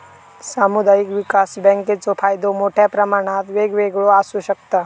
सामुदायिक विकास बँकेचो फायदो मोठ्या प्रमाणात वेगवेगळो आसू शकता